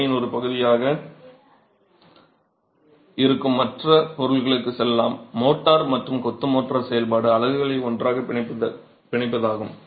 கலவையின் ஒரு பகுதியாக இருக்கும் மற்ற பொருளுக்கு செல்லலாம் மோர்ட்டார் மற்றும் கொத்து மோர்ட்டார் செயல்பாடு அலகுகளை ஒன்றாக பிணைப்பதாகும்